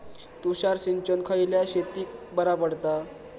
तुषार सिंचन खयल्या शेतीक बरा पडता?